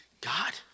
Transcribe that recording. God